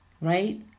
right